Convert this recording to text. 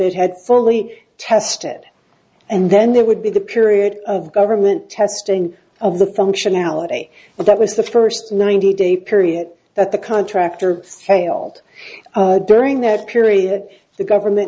it had fully tested and then there would be the period of government testing of the functionality but that was the first ninety day period that the contractor failed during that period the government